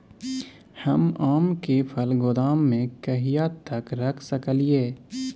हम आम के फल गोदाम में कहिया तक रख सकलियै?